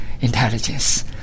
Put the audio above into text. Intelligence